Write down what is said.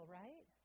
right